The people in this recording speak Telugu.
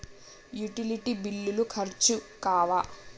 యుటిలిటీ బిల్లులు ఖర్చు కావా?